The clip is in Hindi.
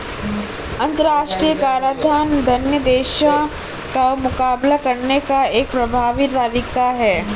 अंतर्राष्ट्रीय कराधान अन्य देशों का मुकाबला करने का एक प्रभावी तरीका है